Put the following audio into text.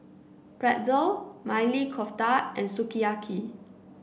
Pretzel Maili Kofta and Sukiyaki